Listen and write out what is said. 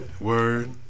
Word